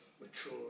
mature